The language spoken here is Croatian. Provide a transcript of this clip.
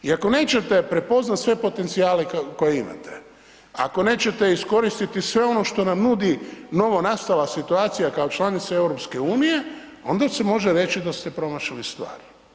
I ako nećete prepoznati sve potencijale koje imate, ako neće iskoristiti sve ono što vam nudi novonastala situacija kao članica EU-a, onda se može reći da s te promašili stvari.